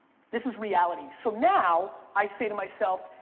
this is reality. so now, i say to myself,